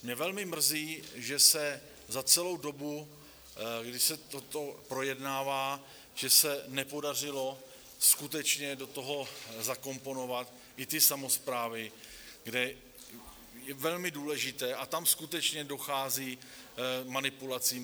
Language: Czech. Mě velmi mrzí, že se za celou dobu, kdy se toto projednává, nepodařilo skutečně do toho zakomponovat i ty samosprávy, kde je to velmi důležité a kde skutečně dochází k manipulacím.